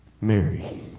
Mary